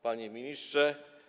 Panie Ministrze!